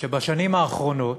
שבשנים האחרונות,